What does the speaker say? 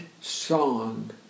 song